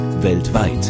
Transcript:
Weltweit